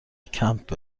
کمپ